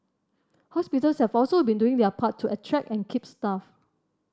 hospitals have also been doing their part to attract and keep staff